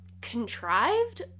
contrived